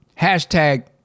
Hashtag